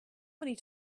many